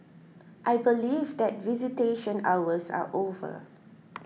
I believe that visitation hours are over